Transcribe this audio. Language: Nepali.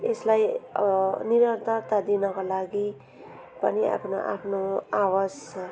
यसलाई निरन्तरता दिनको लागि पनि आफ्नो आफ्नो आवाज